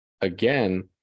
Again